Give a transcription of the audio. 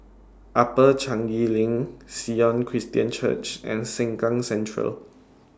Upper Changi LINK Sion Christian Church and Sengkang Central